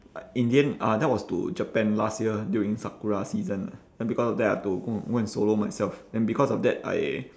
in the end uh that was to japan last year during sakura season lah then because of that I have to go go and solo myself then because of that I